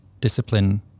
discipline